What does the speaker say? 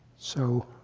so